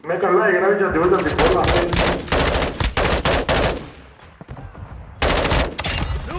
में कल गै आई जाना जल्दी कोला जल्दी खोलना भी इसी